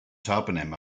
toponym